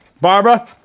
Barbara